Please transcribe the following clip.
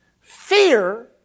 Fear